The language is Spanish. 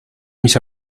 mis